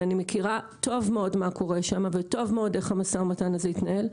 ואני מכירה היטב מה קורה שם ואיך המשא ומתן הזה התנהל,